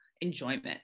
enjoyment